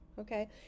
okay